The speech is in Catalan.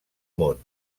món